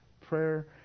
prayer